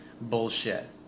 bullshit